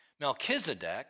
Melchizedek